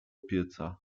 pieca